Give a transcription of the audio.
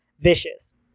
vicious